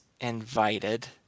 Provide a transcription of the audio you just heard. invited